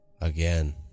Again